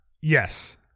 Yes